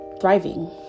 Thriving